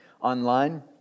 online